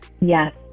Yes